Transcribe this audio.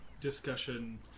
discussion